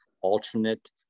alternate